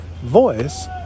voice